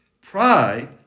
Pride